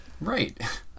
Right